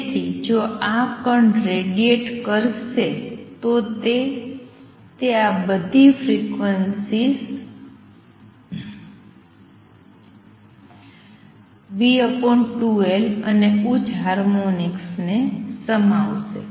તેથી જો આ કણ રેડિએટ કરશે તો તે તે આ બધી ફ્રીક્વન્સીઝ v 2L અને ઉચ્ચ હાર્મોનિક્સ ને સમાવશે